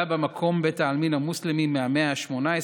במקום בית העלמין המוסלמי מהמאה ה-18,